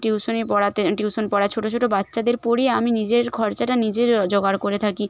টিউশনি পড়াতে টিউশন পড়াই ছোটো ছোটো বাচ্চাদের পড়িয়ে আমি নিজের খরচাটা নিজে যো যোগার করে থাকি